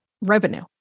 revenue